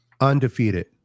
undefeated